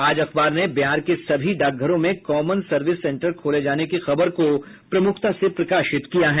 आज अखबार ने बिहार के सभी डाकघरों में कॉमन सर्विस सेंटर खोले जाने की खबर को प्रमुखता से प्रकाशित किया है